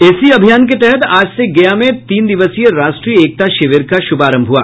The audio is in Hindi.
इसी अभियान के तहत आज से गया में तीन दिवसीय राष्ट्रीय एकता शिविर का शुभारंभ हुआ